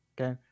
okay